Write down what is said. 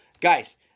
Guys